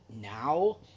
now